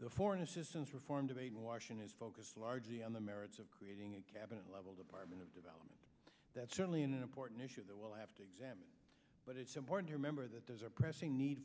the foreign assistance reform debate in washington is focused largely on the merits of creating a cabinet level department of development that's certainly an important issue that we'll have to examine but it's important to remember that there's a pressing need